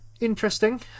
Interesting